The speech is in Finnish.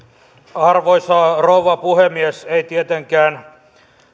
arvoisa rouva puhemies ei tietenkään